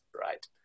right